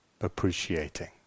appreciating